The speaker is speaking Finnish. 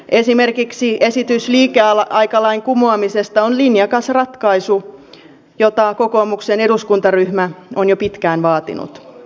esimerkiksi esitys liikeaikalain kumoamisesta on linjakas ratkaisu jota kokoomuksen eduskuntaryhmä on jo pitkään vaatinut